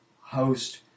host